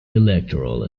electoral